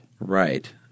Right